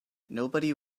nobody